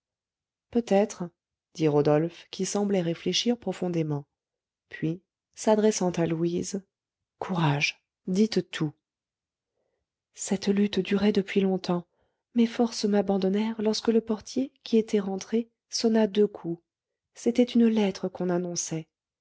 peut-être dit rodolphe qui semblait réfléchir profondément puis s'adressant à louise courage dites tout cette lutte durait depuis longtemps mes forces m'abandonnaient lorsque le portier qui était rentré sonna deux coups c'était une lettre qu'on annonçait